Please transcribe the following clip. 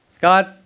God